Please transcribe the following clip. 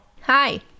Hi